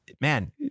man